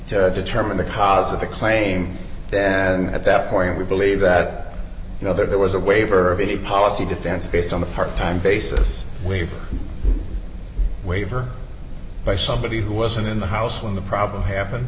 to determine the cause of the claim then at that point we believe that you know there was a waiver of any policy defense based on the part time basis we waiver by somebody who wasn't in the house when the problem happened